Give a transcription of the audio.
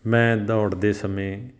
ਮੈਂ ਦੌੜਦੇ ਸਮੇਂ